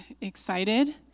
excited